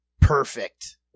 Perfect